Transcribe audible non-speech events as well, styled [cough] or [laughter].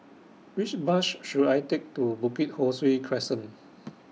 Which Bus [noise] should I Take to Bukit Ho Swee Crescent